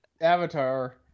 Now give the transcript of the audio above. avatar